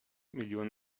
millionen